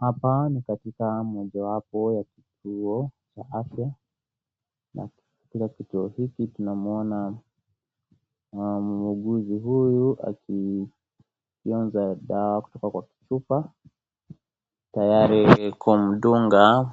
Hapa ni katika mojawapo ya kituo cha afya, na katika kituo hiki tunamuona muuguzi huyu akifyonza dawa kutoka kwa kichupa, tayari kumdunga